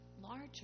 larger